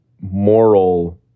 moral